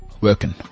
Working